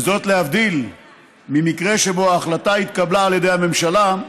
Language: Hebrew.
וזאת להבדיל ממקרה שבו ההחלטה התקבלה על ידי הממשלה,